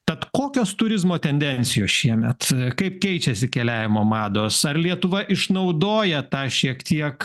tad kokios turizmo tendencijos šiemet kaip keičiasi keliavimo mados ar lietuva išnaudoja tą šiek tiek